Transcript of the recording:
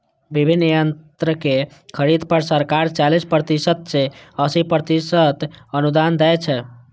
विभिन्न यंत्रक खरीद पर सरकार चालीस प्रतिशत सं अस्सी प्रतिशत अनुदान दै छै